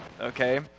okay